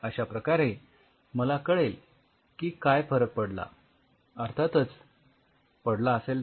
अश्याप्रकारे मला कळेल की फरक काय पडला अर्थातच पडला असेल तर